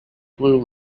blue